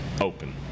open